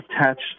attached